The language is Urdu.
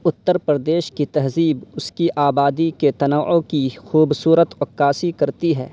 اتّر پردیش کی تہذیب اس کی آبادی کے تنوع کی خوبصورت عکاسی کرتی ہے